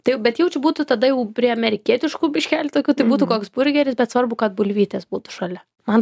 tai bet jaučiu būtų tada jau prie amerikietiškų biškelį tokių tai būtų koks burgeris bet svarbu kad bulvytės būtų šalia man